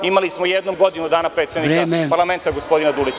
Imali smo jednom godinu dana predsednika parlamenta, gospodina Dulića.